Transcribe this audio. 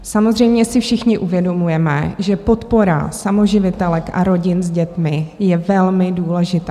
Samozřejmě si všichni uvědomujeme, že podpora samoživitelek a rodin s dětmi je velmi důležitá.